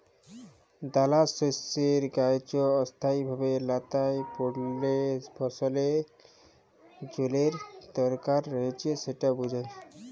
দালাশস্যের গাহাচ অস্থায়ীভাবে ল্যাঁতাই পড়লে ফসলের জলের দরকার রঁয়েছে সেট বুঝায়